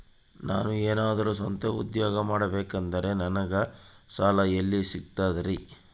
ನಾನು ಏನಾದರೂ ಸ್ವಂತ ಉದ್ಯೋಗ ಮಾಡಬೇಕಂದರೆ ನನಗ ಸಾಲ ಎಲ್ಲಿ ಸಿಗ್ತದರಿ?